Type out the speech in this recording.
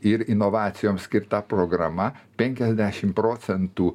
ir inovacijoms skirta programa penkiasdešim procentų